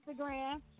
Instagram